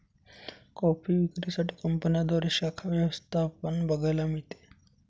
coffee विक्री साठी कंपन्यांद्वारे शाखा व्यवस्था पण बघायला मिळते